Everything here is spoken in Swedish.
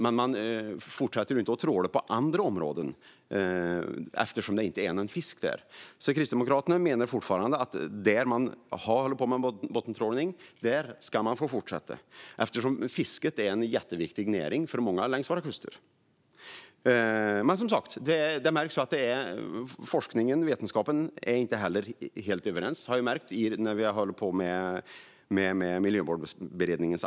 Men man fortsätter inte att tråla på andra områden, eftersom det inte finns någon fisk där. Kristdemokraterna menar fortfarande att där man bottentrålar ska man få fortsätta med det, eftersom fisket är en jätteviktig näring för många längs våra kuster. Men forskningen och vetenskapen är inte helt överens. Det har jag märkt när vi har arbetat i Miljömålsberedningen.